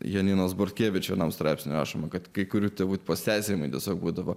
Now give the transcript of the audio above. janinos bortkevičiui vienam straipsnyje rašoma kad kai kurių tėvų pasiteisinimai tiesiog būdavo